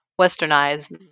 westernized